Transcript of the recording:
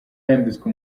yambitswe